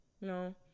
no